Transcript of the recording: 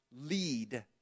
lead